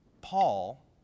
Paul